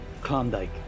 Klondike